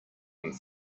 than